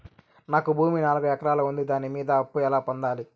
నాకు భూమి నాలుగు ఎకరాలు ఉంది దాని మీద అప్పు ఎలా పొందాలి?